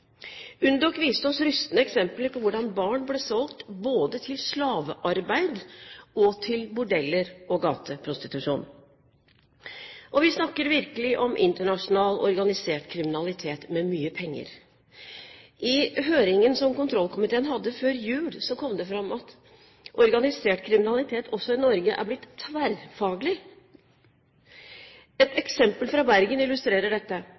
viste oss rystende eksempler på hvordan barn ble solgt både til slavearbeid og til bordeller og gateprostitusjon. Og vi snakker virkelig om internasjonal organisert kriminalitet med mye penger. I høringen som kontrollkomiteen hadde før jul, kom det fram at organisert kriminalitet, også i Norge, er blitt «tverrfaglig». Et eksempel fra Bergen illustrerer dette: